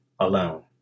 alone